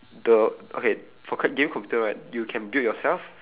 the okay for c~ game computer right you can build yourself